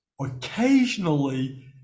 occasionally